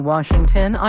Washington